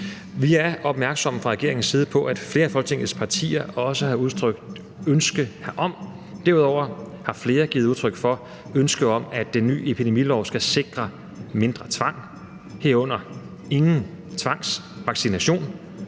Vi er fra regeringens side opmærksomme på, at flere af Folketingets partier også har udtrykt ønske herom. Derudover har flere givet udtryk for et ønske om, at den nye epidemilov skal sikre mindre tvang, herunder ingen tvangsvaccination,